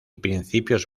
principios